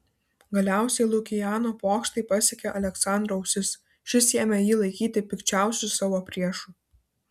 galiausiai lukiano pokštai pasiekė aleksandro ausis šis ėmė jį laikyti pikčiausiu savo priešu